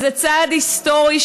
זה צעד היסטורי,